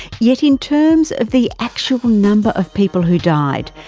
yet in terms of the actually number of people who died,